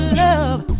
love